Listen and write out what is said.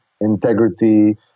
integrity